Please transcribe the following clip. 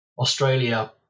Australia